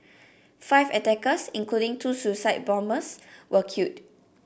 five attackers including two suicide bombers were killed